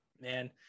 man